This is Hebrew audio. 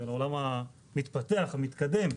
זה לעולם המתפתח והמתקדם,